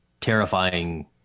terrifying